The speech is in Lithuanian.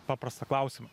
paprastą klausimą